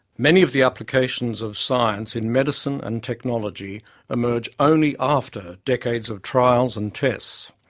many of the applications of science in medicine and technology emerge only after decades of trials and tests.